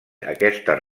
aquestes